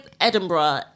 Edinburgh